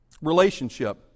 Relationship